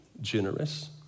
generous